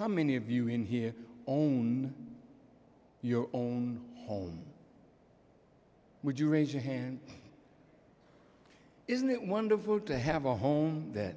how many of you in here own your own home would you raise your hand isn't it wonderful to have a home that